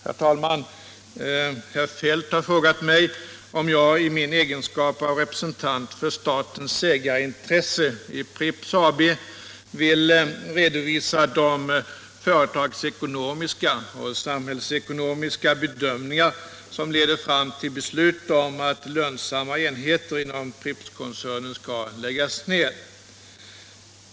Herr talman! Herr Feldt har frågat mig om jag i min egenskap av representant för statens ägarintresse i Pripps AB vill redovisa de företagsekonomiska och samhällsekonomiska bedömningar som leder fram till beslut om att lönsamma enheter inom Prippskoncernen skall läggas ned.